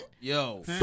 Yo